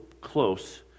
close